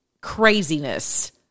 craziness